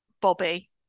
Bobby